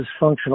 dysfunctional